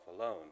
alone